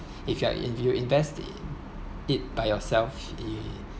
if you are if you invest the it by yourself it